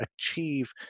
achieve